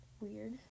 weird